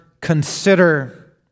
consider